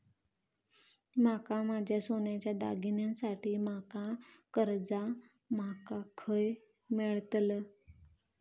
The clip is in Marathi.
माका माझ्या सोन्याच्या दागिन्यांसाठी माका कर्जा माका खय मेळतल?